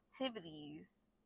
activities